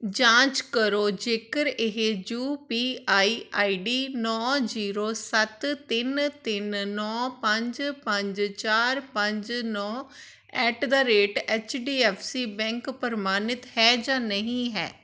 ਜਾਂਚ ਕਰੋ ਜੇਕਰ ਇਹ U P I I D ਨੌਂ ਜ਼ੀਰੋ ਸੱਤ ਤਿੰਨ ਤਿੰਨ ਨੌਂ ਪੰਜ ਪੰਜ ਚਾਰ ਪੰਜ ਨੌਂ at the rate H D F C bank ਪ੍ਰਮਾਣਿਤ ਹੈ ਜਾਂ ਨਹੀਂ ਹੈ